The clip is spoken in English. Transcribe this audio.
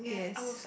yes